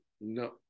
no